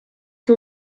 che